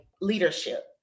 leadership